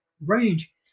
range